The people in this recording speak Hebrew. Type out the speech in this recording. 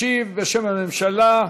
ישיב, בשם הממשלה,